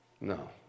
no